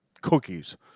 cookies